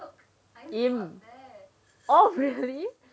really oh really